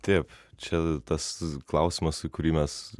taip čia tas klausimas į kurį mes